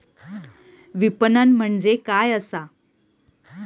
विपणन म्हणजे काय असा?